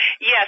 Yes